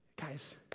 Guys